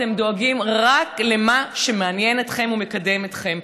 אתם דואגים רק למה שמעניין אתכם ומקדם אתכם.